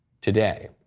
today